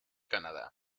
canadá